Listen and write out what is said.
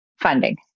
funding